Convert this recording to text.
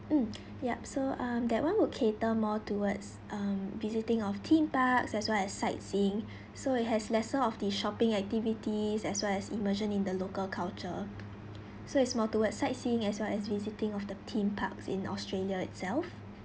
mm yup so um that [one] would cater more towards um visiting of theme parks as well as sightseeing so it has lesser of the shopping activities as well as immersion in the local culture so it's more towards sightseeing as well as visiting of the theme parks in australia itself